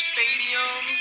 Stadium